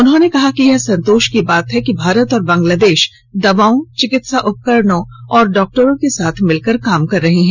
उन्होंने कहा कि यह संतोष की बात है कि भारत और बांग्लांदेश दवाओं चिकित्सा उपकरणों और डॉक्टरों के साथ मिलकर काम कर रहे हैं